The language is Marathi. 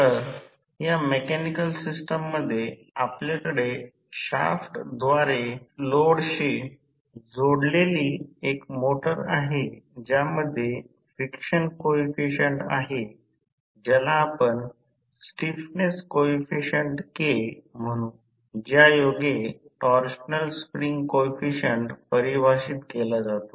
तर या मेकॅनिकल सिस्टममध्ये आपल्याकडे शाफ्टद्वारे लोडशी जोडलेली एक मोटर आहे ज्यामध्ये फ्रिक्शन कोइफिसिएंट आहे ज्याला आपण स्टिफनेस कोइफिसिएंट K म्हणू ज्यायोगे टॉर्शनल स्प्रिंग कोइफिसिएंट परिभाषित केला जातो